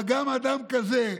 אבל גם אדם כזה,